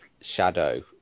shadow